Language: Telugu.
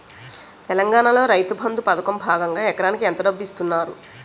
తెలంగాణలో రైతుబంధు పథకం భాగంగా ఎకరానికి ఎంత డబ్బు ఇస్తున్నారు?